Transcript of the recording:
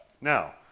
Now